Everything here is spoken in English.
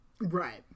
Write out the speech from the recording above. Right